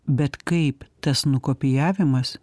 bet kaip tas nukopijavimas